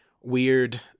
weird